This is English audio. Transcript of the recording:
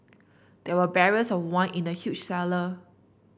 there were barrels of wine in the huge cellar